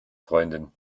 freundin